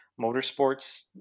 motorsports